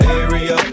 area